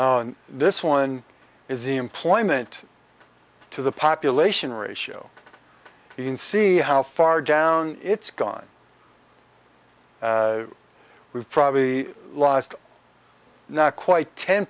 and this one is the employment to the population ratio you can see how far down it's gone we've probably lost not quite ten